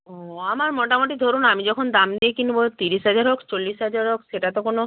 ও আমার মোটামুটি ধরুন আমি যখন দাম দিয়ে কিনব ত্রিশ হাজার হোক চল্লিশ হাজার হোক সেটা তো কোনো